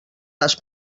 les